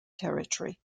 territory